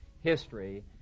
history